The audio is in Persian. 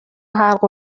حلق